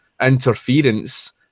interference